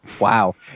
Wow